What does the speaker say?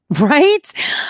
right